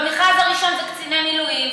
במכרז הראשון זה קציני המילואים,